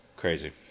crazy